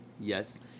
Yes